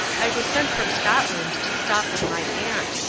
i was sent from scotland to stop with my aunt.